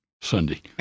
Sunday